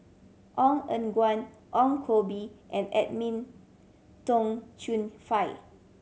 Ong Eng Guan Ong Koh Bee and Edwin Tong Chun Fai